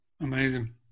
Amazing